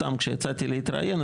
סתם כשיצאתי להתראיין,